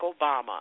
Obama